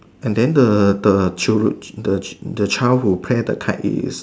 and then the the child the the child who tears the kite is